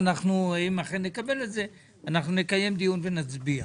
אם אכן נקבל אותם, אנחנו נקיים מחר דיון ונצביע.